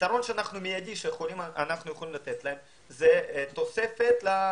הפתרון המיידי שאנו יכולים לתת להם זה תוספת לשכירות.